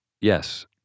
Yes